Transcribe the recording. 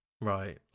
Right